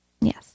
Yes